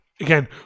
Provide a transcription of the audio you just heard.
again